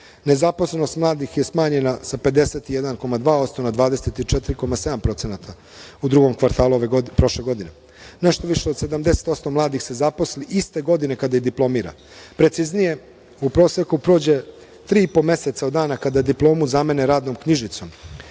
nezaposlenost mladih je smanjena sa 51,2% na 24,7% u drugom kvartalu prošle godine. Nešto više od 70% mladih se zaposli iste godine kada i diplomira. Preciznije, u proseku prođe 3,5 meseca od dana kada diplomu zamene radnom knjižicom,